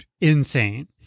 insane